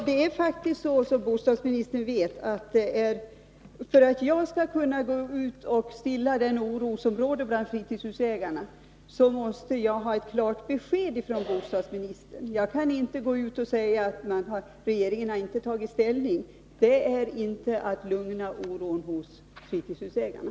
Herr talman! För att jag skall kunna gå ut och stilla den oro som råder bland fritidshusägarna måste jag ha ett klart besked från bostadsministern. Jag kan inte gå ut och säga att regeringen inte tagit ställning. Det medför inte att jag lugnar oron bland fritidshusägarna.